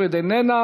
נוכחת,